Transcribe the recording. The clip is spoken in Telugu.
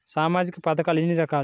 సామాజిక పథకాలు ఎన్ని రకాలు?